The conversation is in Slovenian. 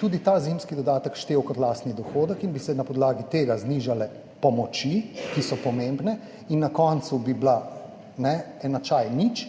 tudi ta zimski dodatek štel kot lastni dohodek, in bi se na podlagi tega znižale pomoči, ki so pomembne, in na koncu bi bila enačaj nič.